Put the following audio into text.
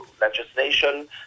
legislation